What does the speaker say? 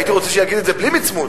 הייתי רוצה שיגיד את זה בלי מצמוץ,